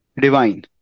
divine